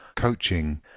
coaching